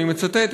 אני מצטט,